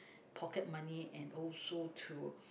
pocket money and also to